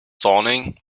dawning